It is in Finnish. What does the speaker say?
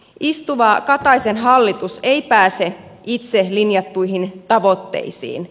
istuva kataisen hallitus ei pääse itse linjattuihin tavoitteisiin